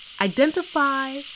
Identify